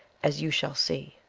as you shall see.